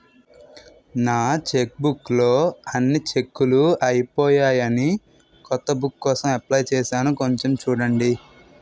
నా చెక్బుక్ లో అన్ని చెక్కులూ అయిపోయాయని కొత్త బుక్ కోసం అప్లై చేసాను కొంచెం చూడండి